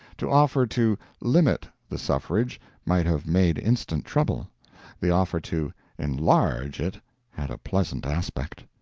to offer to limit the suffrage might have made instant trouble the offer to enlarge it had a pleasant aspect.